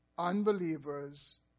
unbelievers